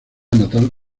natal